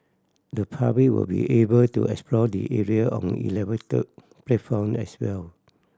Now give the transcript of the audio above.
the public will be able to explore the area on elevated platform as well